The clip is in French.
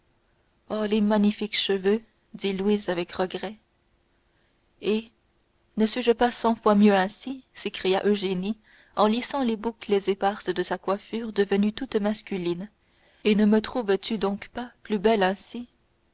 oh les magnifiques cheveux dit louise avec regret eh ne suis-je pas cent fois mieux ainsi s'écria eugénie en lissant les boucles éparses de sa coiffure devenue toute masculine et ne me trouves-tu donc pas plus belle